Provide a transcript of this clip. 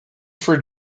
for